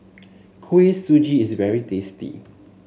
Kuih Suji is very tasty